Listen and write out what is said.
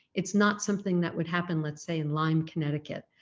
it's not something that would happen, let's say in lyme connecticut.